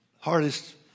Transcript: Hardest